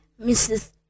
Mrs